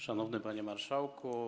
Szanowny Panie Marszałku!